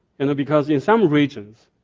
and know, because in some regions,